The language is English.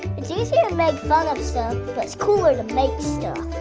it's easy to make fun of stuff, but it's cooler to make stuff!